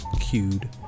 cued